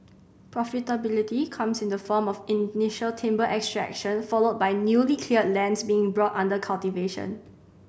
profitability comes in the form of initial timber extraction followed by newly cleared lands being brought under cultivation